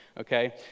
okay